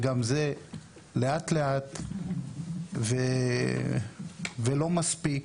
וגם אז זה לאט ולא מספיק.